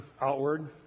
outward